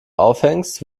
aufhängst